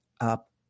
up